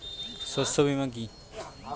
শস্য বীমা কি?